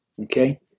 Okay